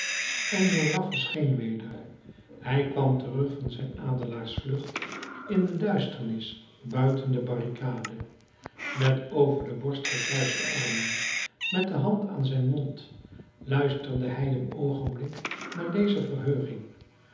enjolras verscheen weder hij kwam terug van zijn adelaarsvlucht in de duisternis buiten de barricade met over de borst gekruiste armen met de hand aan zijn mond luisterde hij een oogenblik naar deze verheuging